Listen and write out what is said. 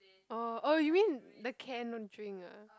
oh oh you mean they cannot drink ah